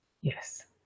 Yes